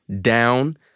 down